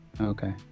Okay